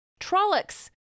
Trollocs